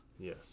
Yes